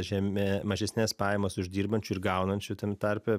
žeme mažesnes pajamas uždirbančių ir gaunančių tam tarpe